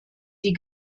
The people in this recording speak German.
die